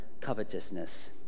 covetousness